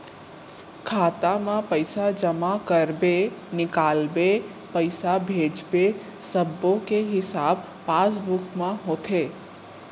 खाता म पइसा जमा करबे, निकालबे, पइसा भेजबे सब्बो के हिसाब पासबुक म होथे